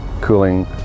cooling